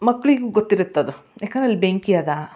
ಮಕ್ಕಳಿಗೂ ಗೊತ್ತಿರುತ್ತೆ ಅದು ಯಾಕಂದ್ರೆ ಅಲ್ಲಿ ಬೆಂಕಿ ಅದ